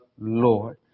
Lord